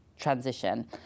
transition